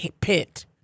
pit